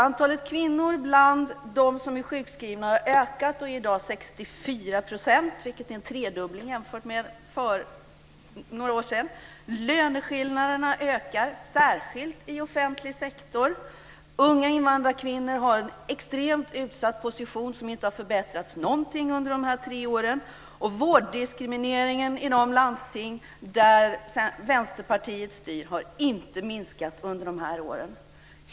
Antalet kvinnor bland dem som är sjukskrivna har ökat. Det är i dag 64 %, vilket är en tredubbling jämfört med för några år sedan. Löneskillnaderna ökar, särskilt i offentlig sektor. Unga invandrarkvinnor har en extremt utsatt position som inte har förbättrats någonting under de här tre åren. Vårddiskrimineringen i de landsting där Vänsterpartiet styr har inte heller minskat under de här åren.